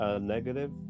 negative